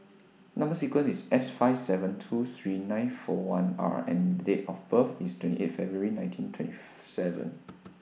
Number sequence IS S five seven two three nine four one R and Date of birth IS twenty eighth February nineteen twenty seven